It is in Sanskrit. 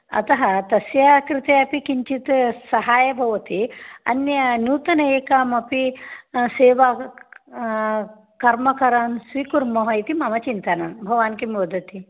अतः तस्याः कृते किञ्चित् सहायता भवति अन्या नूतन एकामपि सेवा कर्मकरान् स्वीकुर्मः इति मम चिन्तनं भवान् किं वदति